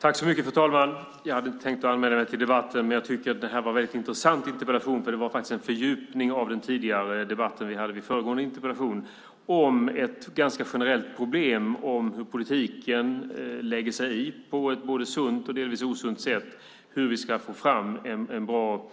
Fru talman! Jag hade inte tänkt anmäla mig till debatten, men jag tycker att det här är en väldigt intressant interpellation. Det är faktiskt en fördjupning av den debatt vi hade angående föregående interpellation om ett ganska generellt problem, nämligen hur politiken på ett både sunt och osunt sätt lägger sig i hur vi ska få fram en bra